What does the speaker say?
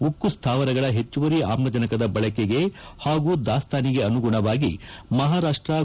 ಉಕ್ಕು ಸ್ಲಾವರಗಳ ಹೆಚ್ಚುವರಿ ಆಮ್ಲಜನಕದ ಬಳಕೆಗೆ ಹಾಗೂ ದಾಸ್ತಾನಿಗೆ ಅನುಗುಣವಾಗಿ ಮಹಾರಾಷ್ಲ